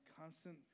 constant